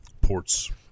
ports